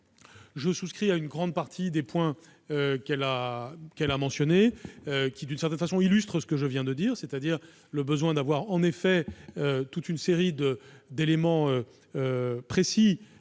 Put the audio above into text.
je souscris à une grande partie des propos qu'elle a tenus, qui, d'une certaine façon, illustrent ce que je viens de dire, c'est-à-dire le besoin de disposer de toute une série d'éléments précis